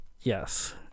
Yes